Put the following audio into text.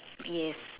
yes